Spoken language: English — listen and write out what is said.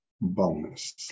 bonus